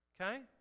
okay